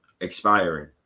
expiring